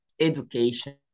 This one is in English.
education